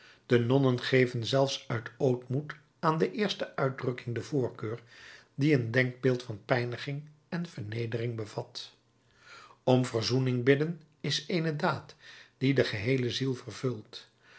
de nonnen geven zelfs uit ootmoed aan de eerste uitdrukking de voorkeur die een denkbeeld van pijniging en vernedering bevat om verzoening bidden is eene daad die de geheele ziel vervult